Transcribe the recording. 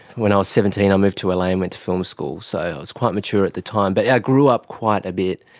when i was seventeen i moved to ah la and went to film school, so i ah was quite mature at the time, but i grew up quite a bit.